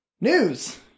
news